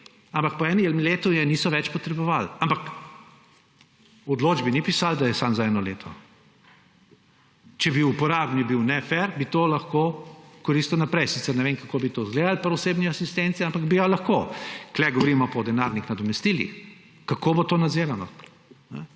ampak po enem letu je niso več potrebovali, ampak v odločbi ni pisalo, da je samo za eno leto. Če bi uporabnik bil nefer, bi to lahko koristil naprej, sicer ne vem, kako bi to izgledalo pri osebni asistenci, ampak bi jo lahko. Tukaj govorimo pa o denarnih nadomestilih. Kako bo to nadzirano?